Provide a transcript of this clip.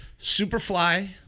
Superfly